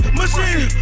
machine